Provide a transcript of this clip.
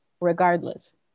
Regardless